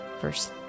verse